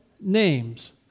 names